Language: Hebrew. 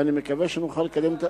ואני מקווה שנוכל לקדם,